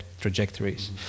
trajectories